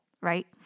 right